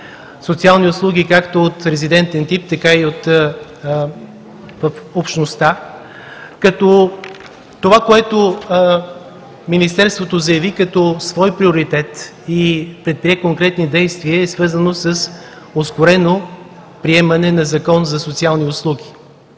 социалните услуги – както от резидентен тип, така и в общността, като това, което Министерството заяви като свой приоритет и предприе конкретни действия, е свързано с ускорено приемане на Закон за социални услуги.